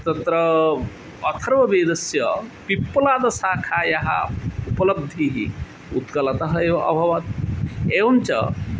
तत्र अथर्ववेदस्य पिप्पलादशाखायाः उपलब्धिः उत्कलतः एव अभवत् एवञ्च